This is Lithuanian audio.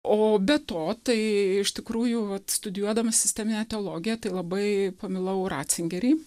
o be to tai iš tikrųjų vat studijuodama sisteminę teologiją tai labai pamilau ratzingerį